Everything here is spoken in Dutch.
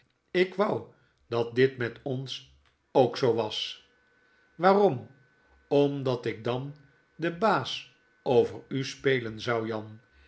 ik wou dat dit met ons ook zoo was waarom omdat ik dan den baas over u spelen zou jan